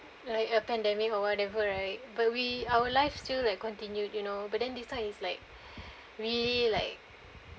like a pandemic or whatever right but we our life still like continued you know but then this time is like really like